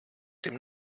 dem